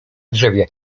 drzewie